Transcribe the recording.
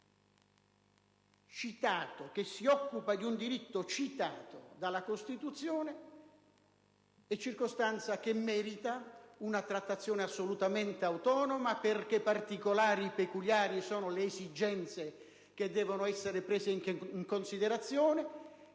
professionale che si occupa di un diritto citato dalla Costituzione merita una trattazione assolutamente autonoma perché particolari e peculiari sono le esigenze che devono essere prese in considerazione,